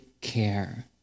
care